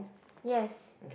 yes